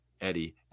Eddie